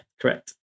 correct